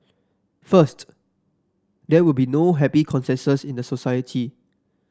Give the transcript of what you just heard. first there will be no happy consensus in the society